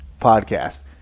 podcast